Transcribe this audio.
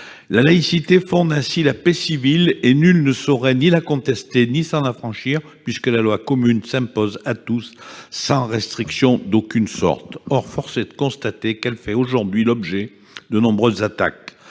Elle fonde ainsi la paix civile, et nul ne saurait ni la contester ni s'en affranchir, puisque la loi commune s'impose à tous, sans restriction d'aucune sorte. Pourtant, force est de constater qu'elle fait aujourd'hui l'objet de nombreuses attaques,